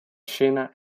scena